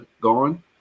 gone